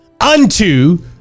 unto